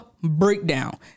breakdown